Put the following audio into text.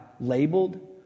labeled